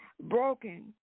broken